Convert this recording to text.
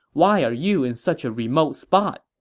why are you in such a remote spot?